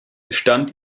stand